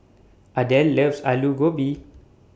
Adel loves Aloo Gobi